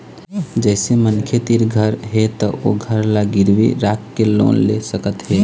जइसे मनखे तीर घर हे त ओ घर ल गिरवी राखके लोन ले सकत हे